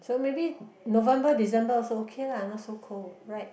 so maybe November December also okay lah not so cold right